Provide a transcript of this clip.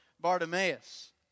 Bartimaeus